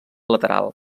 lateral